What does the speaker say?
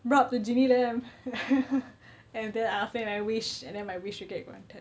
rub the genie lamp and then after when I wish and then my wish will get granted